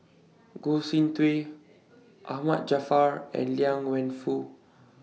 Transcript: Goh Soon Tioe Ahmad Jaafar and Liang Wenfu